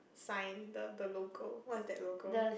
sign the the logo what is that logo